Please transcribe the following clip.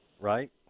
right